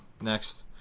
Next